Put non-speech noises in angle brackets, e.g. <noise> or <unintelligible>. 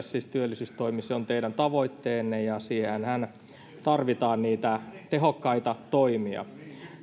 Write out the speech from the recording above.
<unintelligible> siis ole työllisyystoimi vaan se on teidän tavoitteenne ja siihenhän tarvitaan niitä tehokkaita toimia